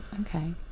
Okay